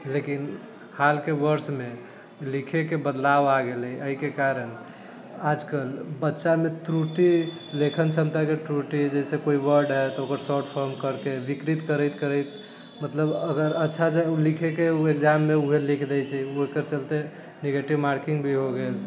लेकिन हालके वर्षमे लिखैके बदलाव आ गेलै अइके कारण आजकल बच्चामे त्रुटि लेखन क्षमताके त्रुटि जैसे कोइ वर्ड है तऽ ओकर शॉर्ट फोर्म करिके विकृत करैत करैत मतलब अगर अच्छा उ लिखैके उ एग्जाममे उहे लिख दै छै ओकर चलते नेगेटिव मार्किंग भी हो गेल